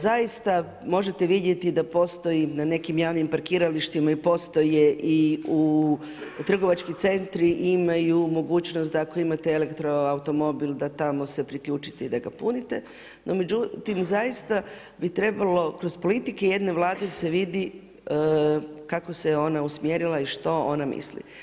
Zaista možete vidjeti da postoji na nekim javnim parkiralištima postoje, trgovački centri imaju mogućnost da ako imate elektroautomobil da tamo se priključite i da ga punite no međutim bi trebalo kroz politike jedne Vlade se vidi kako se ona usmjerila što ona misli.